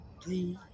please